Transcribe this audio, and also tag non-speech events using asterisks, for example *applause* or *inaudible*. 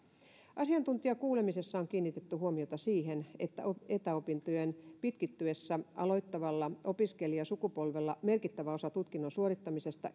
asiantuntijakuulemisessa on kiinnitetty huomiota siihen että etäopintojen pitkittyessä aloittavalla opiskelijasukupolvella merkittävä osa tutkinnon suorittamisesta *unintelligible*